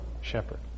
shepherd